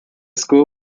school